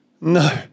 No